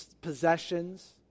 possessions